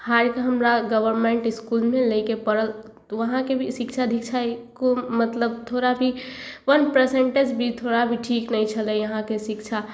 हारिके हमरा गवरमेन्ट इसकुलमे लैके पड़ल तऽ उहाँके भी शिक्षा दीक्षा एक्को मतलब थोड़ा भी आओर वन परसेन्टेज भी थोड़ा भी ठीक नहि छलै यहाँके शिक्षा